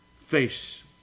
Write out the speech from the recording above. face